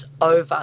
over